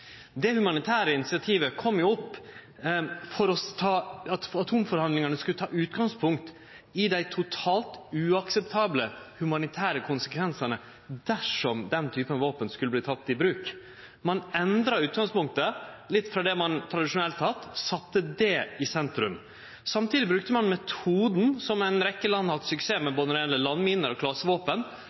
Det humanitære initiativet kom opp for at atomforhandlingane skulle ta utgangspunkt i dei totalt uakseptable humanitære konsekvensane dersom den typen våpen skulle verte teken i bruk. Ein endra utgangspunktet litt frå det ein tradisjonelt har hatt – sette dette i sentrum. Samtidig brukte ein metoden som ei rekkje land har hatt suksess med når det gjeld både landminer og klasevåpen: